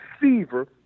receiver